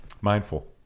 Mindful